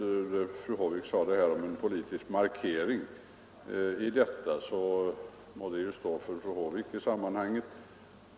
Vad fru Håvik sade om en politisk markering må stå för hennes egen räkning.